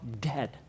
dead